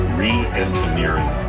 re-engineering